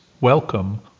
welcome